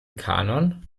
kanon